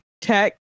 tech